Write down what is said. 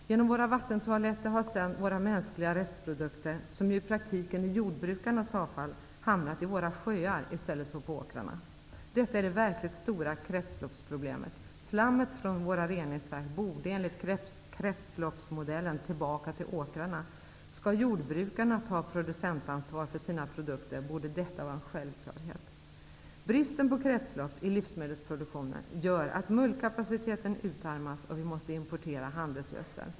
Genom våra vattentoaletter har sedan våra mänskliga restprodukter, som ju i praktiken är jordbrukarnas avfall, hamnat i våra sjöar, i stället för på åkrarna. Detta är det verkligt stora kretsloppsproblemet. Slammet från våra reningsverk borde enligt kretsloppsmodellen tillbaka till åkrarna. Skall jordbrukarna ta producentansvar för sina produkter, borde detta vara en självklarhet. Bristen på kretslopp i livsmedelsproduktionen gör att mullkapaciteten utarmas och vi måste importera handelsgödsel.